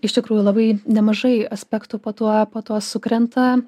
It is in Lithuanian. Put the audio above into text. iš tikrųjų labai nemažai aspektų po tuo po tuo sukrenta